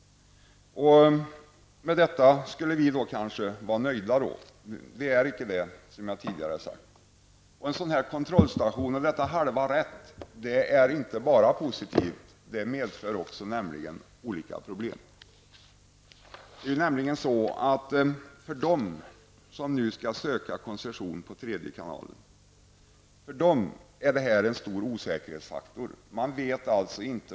Med detta skulle vi kanske vara nöjda, men som jag tidigare har sagt är vi icke det. Att vi har fått halvt rätt genom denna kontrollstation är inte bara positivt, utan det medför också olika problem. För dem som nu skall söka koncession på den tredje kanalen är detta en stor osäkerhetsfaktor.